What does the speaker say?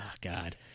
God